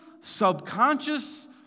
subconscious